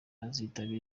azitabira